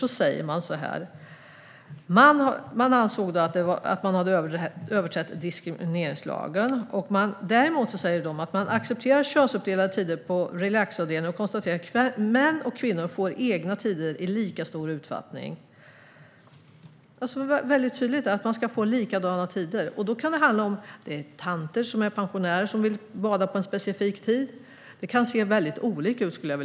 DO ansåg att diskrimineringslagen hade överträtts. Däremot accepterade man könsuppdelade tider på relaxavdelningen och konstaterade att män och kvinnor ska få egna tider i lika stor omfattning. Det var mycket tydligt att det ska vara lika mycket tid. Det kan handla om pensionerade tanter som vill bada på en specifik tid, men det kan se olika ut.